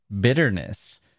bitterness